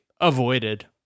avoided